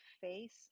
face